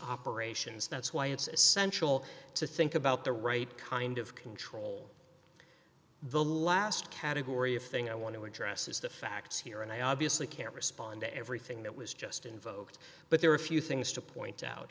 operations that's why it's essential to think about the right kind of control the last category of thing i want to address is the facts here and i obviously can't respond to everything that was just invoked but there are a few things to point